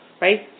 right